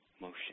motion